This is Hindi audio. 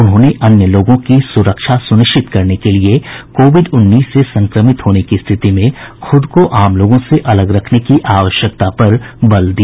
उन्होंने अन्य लोगों की सुरक्षा सुनिश्चित करने के लिए कोविड उन्नीस से संक्रमित होने की स्थिति में खुद को आम लोगों से अलग रखने की आवश्यकता पर बल दिया